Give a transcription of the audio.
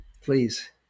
please